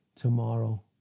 tomorrow